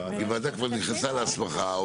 הוועדה כבר נכנסה להשגחה.